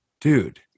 Dude